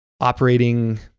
operating